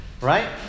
right